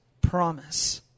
promise